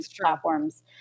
platforms